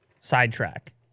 sidetrack